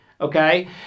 Okay